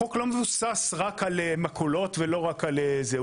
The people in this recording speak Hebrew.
החוק לא מבוסס רק על מכולות ולא רק על זה.